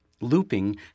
Looping